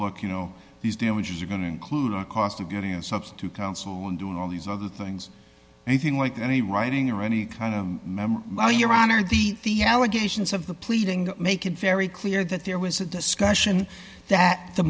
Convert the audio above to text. look you know these damages are going to include a cost of getting a substitute counsel and doing all these other things anything like any writing or any kind of well your honor the the allegations of the pleading make it very clear that there was a discussion that the